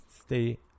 stay